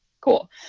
cool